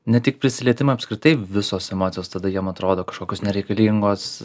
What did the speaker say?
ne tik prisilietimą apskritai visos emocijos tada jam atrodo kažkokios nereikalingos